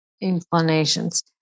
inclinations